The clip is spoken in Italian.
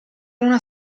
una